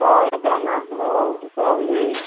सौ रुपया न भाउ सौ वीह ई